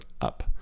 up